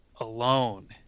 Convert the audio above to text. alone